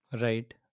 right